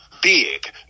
big